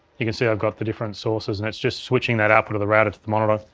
you can see i've got the different sources, and it's just switching that output of the router to the monitor.